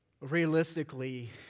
Realistically